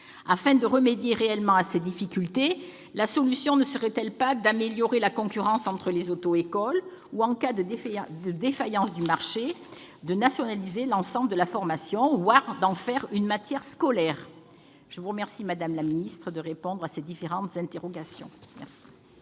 Afin de remédier réellement à ces difficultés, la solution ne serait-elle pas d'améliorer la concurrence entre les auto-écoles ou, en cas de défaillance du marché, de nationaliser l'ensemble de la formation, voire d'en faire une matière scolaire ? Je vous remercie, madame la ministre, de répondre à ces différentes interrogations.